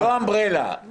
לא umbrella, לא umbrella.